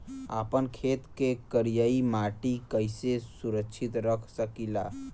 आपन खेत के करियाई माटी के कइसे सुरक्षित रख सकी ला?